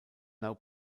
now